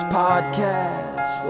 podcast